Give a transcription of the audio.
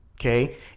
okay